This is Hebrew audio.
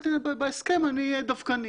בהסכם אני אהיה דווקני.